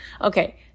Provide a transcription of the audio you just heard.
Okay